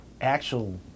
actual